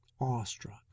awestruck